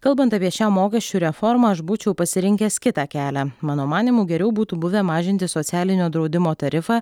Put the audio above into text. kalbant apie šią mokesčių reformą aš būčiau pasirinkęs kitą kelią mano manymu geriau būtų buvę mažinti socialinio draudimo tarifą